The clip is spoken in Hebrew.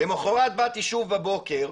למחרת באתי שוב בבוקר,